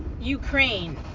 ukraine